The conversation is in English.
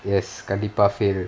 yes கண்டிப்பா:kandipaa fail